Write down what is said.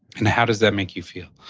and how does that make you feel?